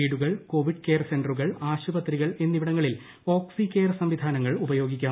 വീടുകൾ covid care സെന്റുകൾ ആശുപത്രികൾ എന്നിവിടങ്ങളിൽ ഓക്സി കെയർ സംവിധാനങ്ങൾ ഉപയോഗിക്കാം